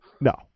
no